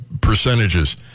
percentages